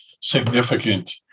significant